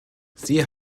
sie